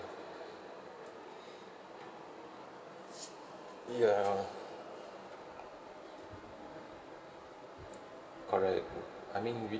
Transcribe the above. ya correct I mean we